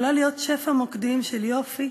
יכולה להיות שפע מוקדים של יופי,